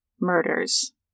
murders